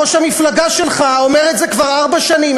ראש המפלגה שלך אומר את זה כבר ארבע שנים.